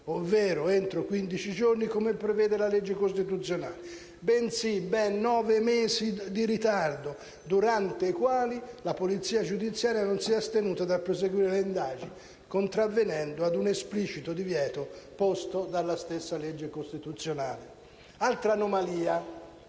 ovvero entro 15 giorni come prevede la legge costituzionale, bensì con ben nove mesi di ritardo durante i quali la polizia giudiziaria non si è astenuta dal proseguire le indagini, contravvenendo ad un esplicito divieto posto dalla stessa legge costituzionale. Altra anomalia: